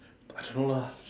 I don't know lah